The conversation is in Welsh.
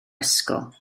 ysgol